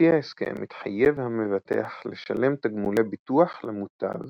לפי ההסכם מתחייב המבטח לשלם תגמולי ביטוח למוטב